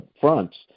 fronts